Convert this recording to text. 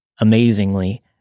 Amazingly